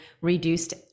reduced